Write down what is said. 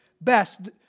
best